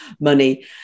money